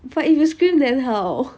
but if you scream then how